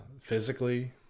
physically